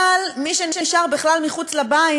אבל מי שנשארו בכלל מחוץ לבית,